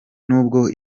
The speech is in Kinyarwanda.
nubwo